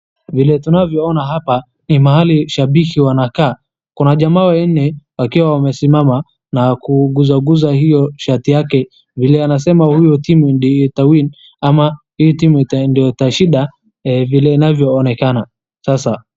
Vile tunavyoona hapa ni mahali shambiki wanakaa. Kuna jamaa wanne wakiwa wamesimama na kuguzwaguzwa hio shati yake. Vile anavyosema hii timu ndio itawin ama hii timu ndio inashinda vile inavyoonekana sasa.